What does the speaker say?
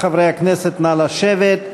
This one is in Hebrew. חברי הכנסת, נא לשבת.